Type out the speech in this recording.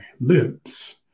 lips